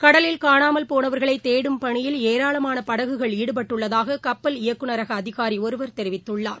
கடலில் காணாமல் போனவர்களைதேடும் பணியில் ஏராளமானபடகுகள் ஈடுபட்டுள்ளதாககப்பல் இயக்குநரகஅதிகாரிஒருவர் தெரிவித்துள்ளார்